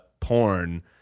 porn